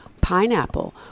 pineapple